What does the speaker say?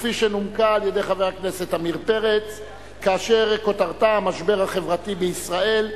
שנומקה על-ידי חבר הכנסת עמיר פרץ וכותרתה: המשבר החברתי בישראל.